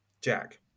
Jack